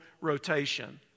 rotation